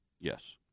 yes